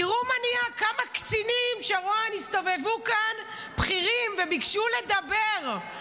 תראו מה נהיה: כמה קצינים בכירים הסתובבו כאן וביקשו לדבר?